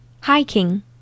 hiking